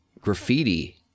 graffiti